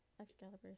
Excalibur